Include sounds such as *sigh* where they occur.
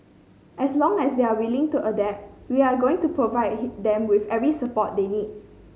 as long as they are willing to adapt we are going to provide *unintelligible* them with every support they need